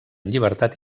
llibertat